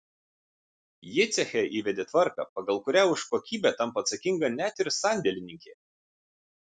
ji ceche įvedė tvarką pagal kurią už kokybę tampa atsakinga net ir sandėlininkė